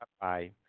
Bye